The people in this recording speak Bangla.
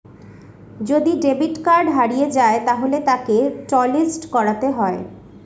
যদি ডেবিট কার্ড হারিয়ে যায় তাহলে তাকে টলিস্ট করাতে হবে